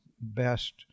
best